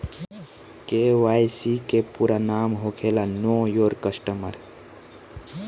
KYC के पूरा नाम होखेला नो योर कस्टमर